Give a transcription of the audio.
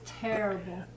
terrible